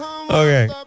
Okay